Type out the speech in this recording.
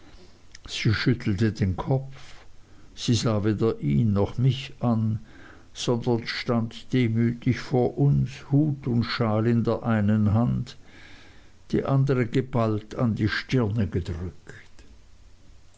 sie schüttelte den kopf sie sah weder ihn noch mich an sondern stand demütig vor uns hut und schal in der einen hand die andere geballt an die stirn gedrückt